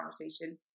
conversation